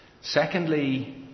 Secondly